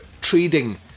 trading